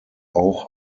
auch